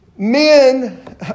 Men